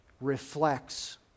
reflects